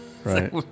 Right